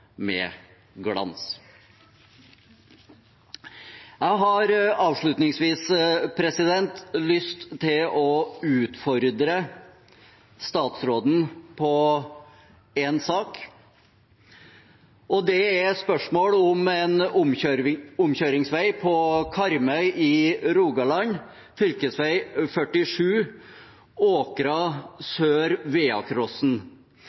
med glans. Jeg har avslutningsvis lyst til å utfordre statsråden i en sak, og det er et spørsmål om en omkjøringsvei på Karmøy i Rogaland, fv. 47, Åkra